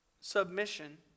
Submission